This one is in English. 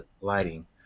lighting